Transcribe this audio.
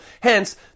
Hence